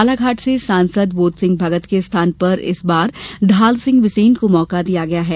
बालाघाट से सांसद बोध सिंह भगत के स्थान पर इस बार ढाल सिंह बिसेन को मौका दिया गया है